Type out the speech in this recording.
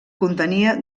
contenia